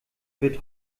wird